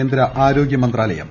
കേന്ദ്ര ആരോഗ്യ മന്ത്രാലയം